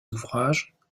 ouvrages